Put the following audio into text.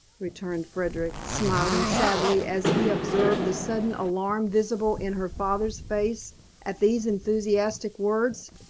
returned frederick, smiling sadly as he observed the sudden alarm visible in her father's face at these enthusiastic words,